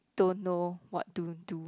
don't know what to do